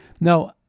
No